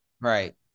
Right